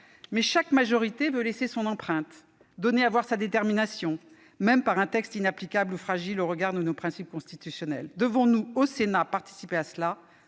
Mais chaque majorité veut laisser son empreinte, donner à voir sa détermination, même par un texte inapplicable ou fragile au regard de nos principes constitutionnels. Devons-nous, au Sénat, participer à cela ?